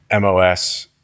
MOS